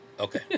Okay